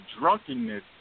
drunkenness